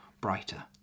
brighter